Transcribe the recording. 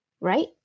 right